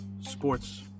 sports